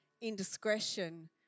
indiscretion